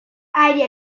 idea